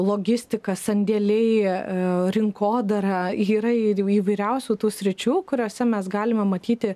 logistika sandėliai ir rinkodara yra ir įvairiausių tų sričių kuriose mes galime matyti